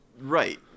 Right